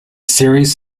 series